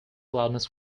loudness